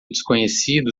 desconhecido